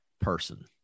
person